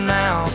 now